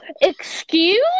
Excuse